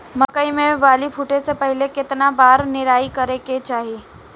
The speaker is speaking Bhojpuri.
मकई मे बाली फूटे से पहिले केतना बार निराई करे के चाही?